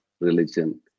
religion